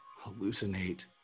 hallucinate